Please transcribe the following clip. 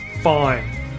fine